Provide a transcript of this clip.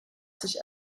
sich